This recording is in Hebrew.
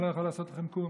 אני לא יכול לעשות לכם כלום.